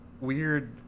weird